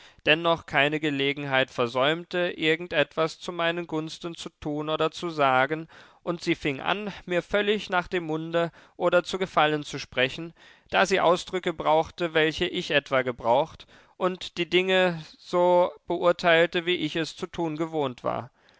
dennoch keine gelegenheit versäumte irgend etwas zu meinen gunsten zu tun oder zu sagen und sie fing an mir völlig nach dem munde oder zu gefallen zu sprechen da sie ausdrücke brauchte welche ich etwa gebraucht und die dinge so beurteilte wie ich es zu tun gewohnt war